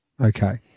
Okay